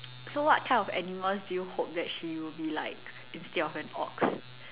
so what kind of animals do you hope that she will be like instead of an ox